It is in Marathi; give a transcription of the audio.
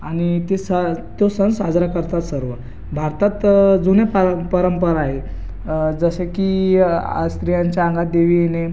आणि ते स तो सण साजरा करतात सर्व भारतात जुन्या पारं परंपरा आहे जसे की आज स्त्रियांच्या अंगात देवी येणे